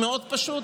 מאוד פשוט.